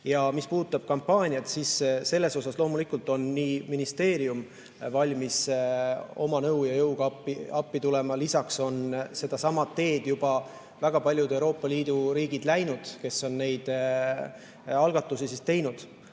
Mis puudutab kampaaniat, siis selles osas loomulikult on ministeerium valmis oma nõu ja jõuga appi tulema. Ja sedasama teed on juba väga paljud Euroopa Liidu riigid läinud, nad on neid algatusi teinud.